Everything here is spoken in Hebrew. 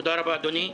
תודה רבה, אדוני.